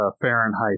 Fahrenheit